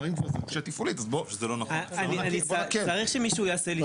אבל אם כבר זה מקשה תפעולית אז בוא --- אני צריך שמישהו יעשה לי סדר.